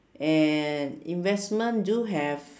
and investment do have